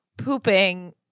pooping